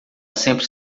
sempre